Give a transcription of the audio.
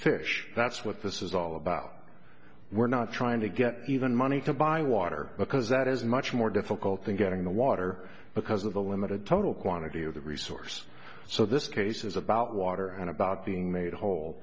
fish that's what this is all about we're not trying to get even money to buy water because that is much more difficult thing getting the water because of the limited total quantity of the resource so this case is about water and about the made whole